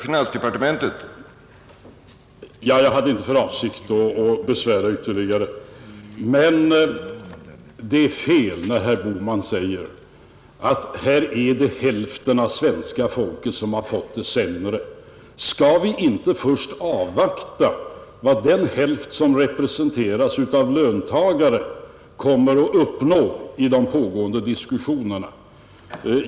Herr talman! Jag hade inte för avsikt att besvära ytterligare, men det är fel när herr Bohman säger att hälften av svenska folket har fått det sämre. Skall vi inte först avvakta vad den hälft som representeras av löntagare kommer att uppnå i de pågående diskussionerna?